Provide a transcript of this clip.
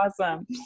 awesome